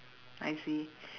I see